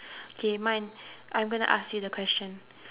okay mine I'm gonna ask you the question